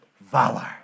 valor